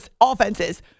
offenses